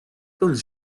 kan